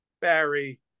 Barry